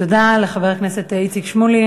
תודה לחבר הכנסת איציק שמולי.